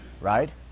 right